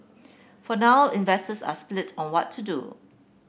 for now investors are split on what to do